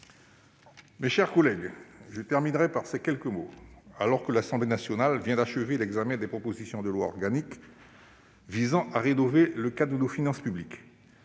Mes chers collègues, alors que l'Assemblée nationale vient d'achever l'examen des propositions de loi organique visant à rénover le cadre de nos finances publiques,